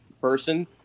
person